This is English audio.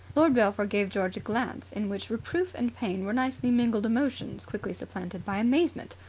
lord belpher gave george a glance in which reproof and pain were nicely mingled emotions quickly supplanted by amazement.